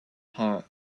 hot